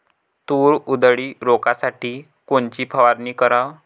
तूर उधळी रोखासाठी कोनची फवारनी कराव?